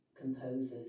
composers